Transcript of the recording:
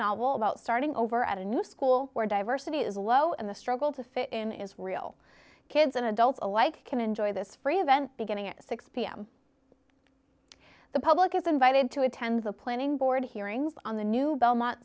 novel about starting over at a new school where diversity is low and the struggle to fit in is real kids and adults alike can enjoy this free event beginning at six pm the public is invited to attend the planning board hearings on the new belmont